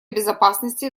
безопасности